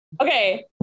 Okay